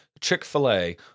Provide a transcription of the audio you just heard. Chick-fil-A